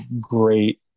great